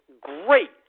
great